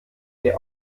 der